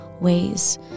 ways